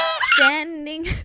Standing